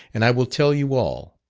and i will tell you all.